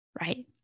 Right